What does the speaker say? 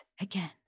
again